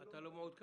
אתה לא מעודכן: